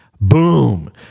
Boom